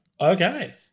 Okay